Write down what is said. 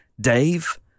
Dave